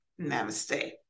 namaste